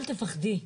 אל תפחדי,